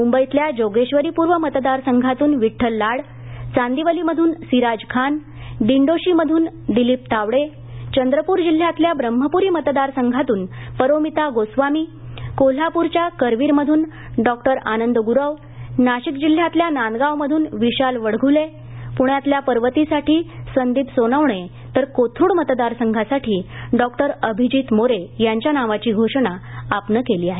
मुंबईतल्या जोगेक्षरी पूर्व मतदारसंघातून विड्डल लाड चांदिवलीमधून सिराज खान दिंडोशीमधून दिलीप तावडे चंद्रपूर जिल्ह्यातल्या ब्रम्हपूरी मतदारसंघातून परोमीता गोस्वामी कोल्हापूरच्या करवीरमधून डॉक्टर आनंद गुरव नाशिक जिल्ह्यातल्या नांदगांवमधून विशाल वडघूले पुण्यातल्या पर्वतीसाठी संदिप सोनवणे तर कोथरूड मतदारसंघासाठी डॉक्टर अभिजीत मोरे यांच्या नावाची घोषणा आपनं केली आहे